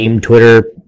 Twitter